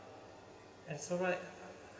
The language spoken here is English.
and so right